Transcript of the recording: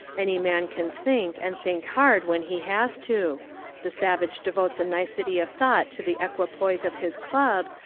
any man can think and think hard when he has to the sav age devotes a nicety of thought to the equi poise of his club,